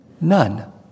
None